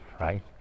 right